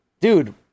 dude